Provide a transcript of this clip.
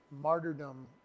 martyrdom